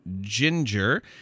Ginger